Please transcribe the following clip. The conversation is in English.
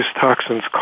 toxins